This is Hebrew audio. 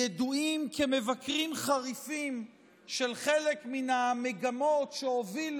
ידועים כמבקרים חריפים של חלק מן המגמות שהובילו